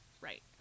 Right